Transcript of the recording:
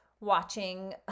watching